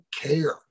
care